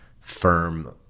firm